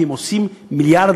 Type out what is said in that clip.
כי הן עושות מיליארדים,